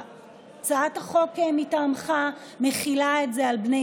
הצעת החוק מטעמך מחילה את זה על בני